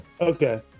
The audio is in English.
Okay